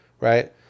right